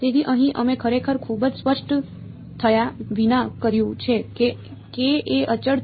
તેથી અહીં અમે ખરેખર ખૂબ જ સ્પષ્ટ થયા વિના કર્યું છે કે k એ અચળ છે